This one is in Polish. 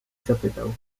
zapytał